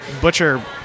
butcher